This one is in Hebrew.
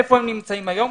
איפה הם נמצאים היום,